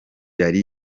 yari